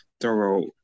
thorough